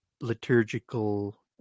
liturgical